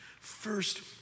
first